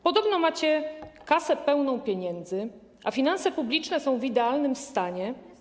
Podobno macie kasę pełną pieniędzy, a finanse publiczne są w idealnym stanie.